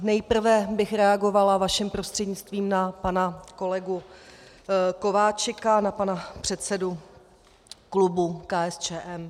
Nejprve bych reagovala vaším prostřednictvím na pana kolegu Kováčika, na pana předsedu klubu KSČM.